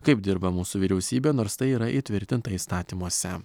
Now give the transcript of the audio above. kaip dirba mūsų vyriausybė nors tai yra įtvirtinta įstatymuose